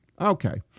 Okay